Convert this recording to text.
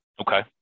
Okay